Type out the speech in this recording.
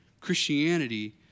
Christianity